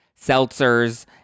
seltzers